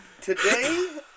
Today